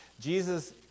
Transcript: Jesus